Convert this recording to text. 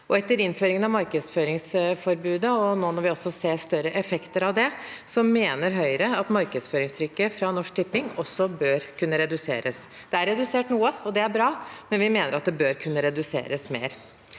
Etter innføringen av markedsføringsforbudet og når vi nå også ser større effekter av det, mener Høyre at markedsføringstrykket fra Norsk Tipping bør kunne reduseres. Det er redusert noe, og det er bra, men vi mener det bør kunne reduseres mer.